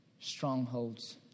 strongholds